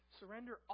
surrender